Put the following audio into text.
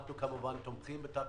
אנחנו תומכים בתקנות,